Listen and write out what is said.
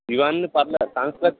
ఇవన్నీ పర్లేదు కంస్ట్రక్ట్